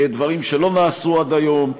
דברים שלא נעשו עד היום.